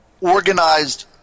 organized